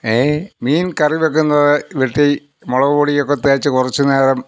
മീൻ കറി വെക്കുന്നത് വെട്ടി മുളക്പൊടിയൊക്കെ തേച്ച് കുറച്ചുനേരം